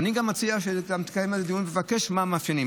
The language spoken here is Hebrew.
אני גם מציע שתקיים על זה דיון ותבקש לדעת מה הם המאפיינים.